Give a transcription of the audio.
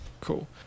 cool